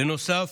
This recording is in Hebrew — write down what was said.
בנוסף,